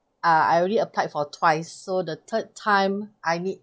uh I already applied for twice so the third time I need